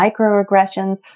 microaggressions